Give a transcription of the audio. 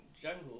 jungle